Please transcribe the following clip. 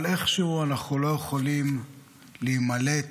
אבל איכשהו אנחנו לא יכולים להימלט